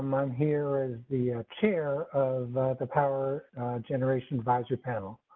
i'm um here is the chair of the power generation advisory panel.